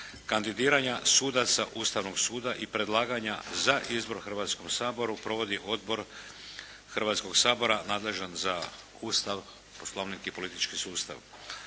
kandidiranja sudaca Ustavnog suda i predlaganja za izbor Hrvatskom saboru provodi odbor Hrvatskog sabora nadležan za Ustav, Poslovnik i politički sustav.